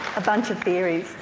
a bunch of theories.